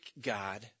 God